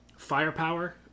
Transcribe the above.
firepower